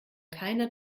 keiner